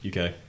UK